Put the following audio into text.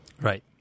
Right